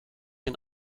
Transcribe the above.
den